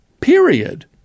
period